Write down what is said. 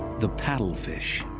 the paddlefish.